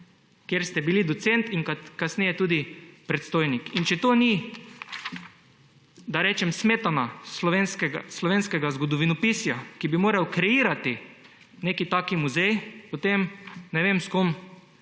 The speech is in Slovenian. kjer ste bili docent in kasneje tudi predstojnik. In če to ni smetana slovenskega zgodovinopisja, ki bi moral kreirati nek taki muzej, potem ne vem, s kom